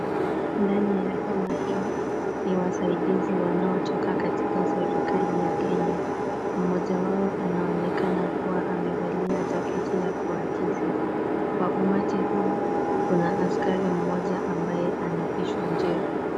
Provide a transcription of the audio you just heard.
Ndani ya hema hii, ni wasaidizi wanaotoka katika serikali ya Kenya. Mmoja wao anaonekana akiwa amevalia jaketi ya kuakisi. Kwa umati huu, kuna askari mmoja ambaye anapishwa njia.